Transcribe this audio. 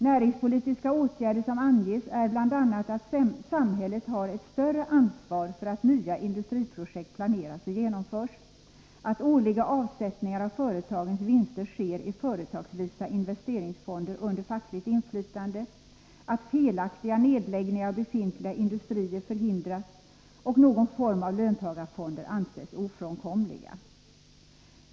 Näringspolitiska åtgärder som anges är bl.a. att samhället tar ett större ansvar för att nya industriprojekt planeras och genomförs, att årliga avsättningar av företagens vinster sker företagsvis i investeringsfonder under fackligt inflytande och att felaktiga nedläggningar av befintliga industrier förhindras. Någon form av löntagarfonder anses ofrånkomlig.